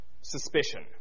suspicion